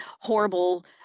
horrible